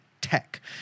tech